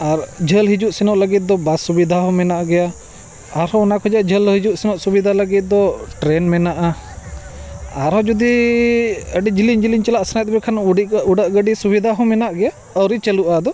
ᱟᱨ ᱡᱷᱟᱹᱞ ᱦᱤᱡᱩᱜ ᱥᱮᱱᱚᱜ ᱞᱟᱹᱜᱤᱫ ᱫᱚ ᱵᱟᱥ ᱥᱩᱵᱤᱫᱷᱟ ᱦᱚᱸ ᱢᱮᱱᱟᱜ ᱜᱮᱭᱟ ᱟᱨᱦᱚᱸ ᱚᱱᱟ ᱠᱷᱚᱱᱟᱜ ᱡᱷᱟᱹᱞ ᱦᱤᱡᱩᱜ ᱥᱮᱱᱚᱜ ᱥᱩᱵᱤᱫᱷᱟ ᱞᱟᱹᱜᱤᱫ ᱫᱚ ᱴᱨᱮᱱ ᱢᱮᱱᱟᱜᱼᱟ ᱟᱨᱦᱚᱸ ᱡᱩᱫᱤ ᱟᱹᱰᱤ ᱡᱤᱞᱤᱧ ᱡᱤᱞᱤᱧ ᱪᱟᱞᱟᱜ ᱥᱟᱱᱟᱭᱮᱫ ᱢᱮᱠᱷᱟᱱ ᱩᱰᱟᱹᱜ ᱜᱟᱹᱰᱤ ᱥᱩᱵᱤᱫᱷᱟ ᱦᱚᱸ ᱢᱮᱱᱟᱜ ᱜᱮᱭᱟ ᱟᱹᱣᱨᱤ ᱪᱟᱹᱞᱩᱜᱼᱟ ᱟᱫᱚ